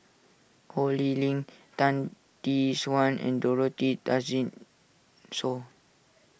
Ho Lee Ling Tan Tee Suan and Dorothy Tessensohn